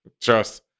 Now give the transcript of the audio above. Trust